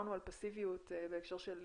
כשדיברנו על פסיביות בהקשר של